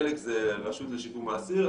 חלק זה הרשות לשיקום האסיר,